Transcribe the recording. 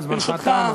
רק זמנך תם,